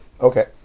Okay